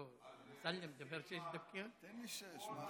כל האבטחה הלכה על אילת שקד,